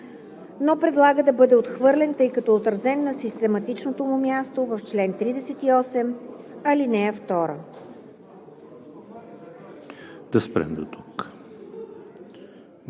но предлага да бъде отхвърлен, тъй като е отразен на систематичното му място в чл. 38, ал. 2.